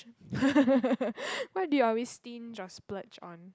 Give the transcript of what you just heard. what do you always stinge or splurge on